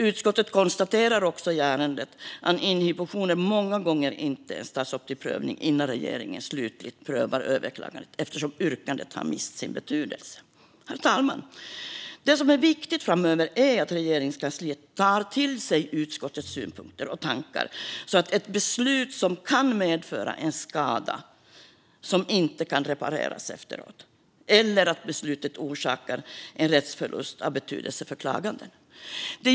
Utskottet konstaterar också i ärendet att inhibitioner många gånger inte ens tas upp till prövning innan regeringen slutligt prövar överklagandet, eftersom yrkandet har mist sin betydelse. Herr talman! Det som är viktigt framöver är att Regeringskansliet tar till sig utskottets synpunkter och tankar. Det handlar om beslut som kan medföra en skada som inte kan repareras efteråt eller orsakar en rättsförlust av betydelse för klaganden.